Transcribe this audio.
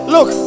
Look